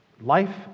life